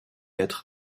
être